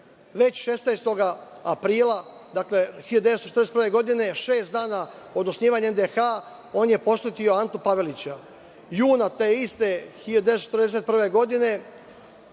Već 16. aprila 1941. godine šest dana od osnivanja NDH on je posetio Antu Pavelića. Juna te iste 1941. godine